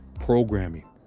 Programming